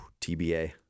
tba